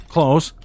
Close